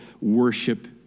worship